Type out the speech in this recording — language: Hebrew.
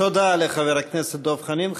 תודה לחבר הכנסת דב חנין.